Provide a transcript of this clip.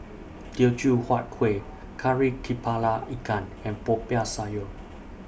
Teochew Huat Kuih Kari Kepala Ikan and Popiah Sayur